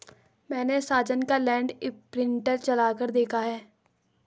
मैने साजन का लैंड इंप्रिंटर चलाकर देखा है